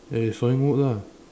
eh sawing wood lah